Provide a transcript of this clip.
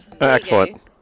Excellent